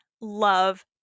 love